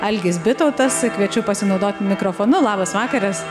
algis bitautas kviečiu pasinaudot mikrofonu labas vakaras